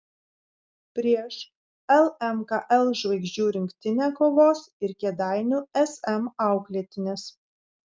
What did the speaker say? prieš lmkl žvaigždžių rinktinę kovos ir kėdainių sm auklėtinės